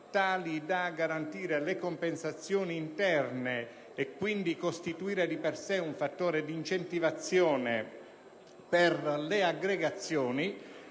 tali da assicurare le compensazioni interne e quindi costituire di per sé un fattore di incentivazione per le aggregazioni,